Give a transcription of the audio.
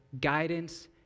guidance